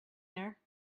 there